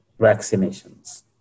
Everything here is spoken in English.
vaccinations